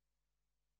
אם